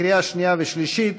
לקריאה שנייה ושלישית.